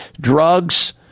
drugs